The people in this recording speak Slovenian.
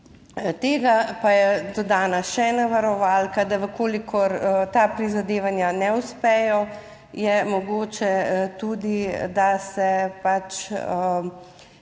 tega pa je dodana še ena varovalka, da v kolikor ta prizadevanja ne uspejo je mogoče tudi, da se pač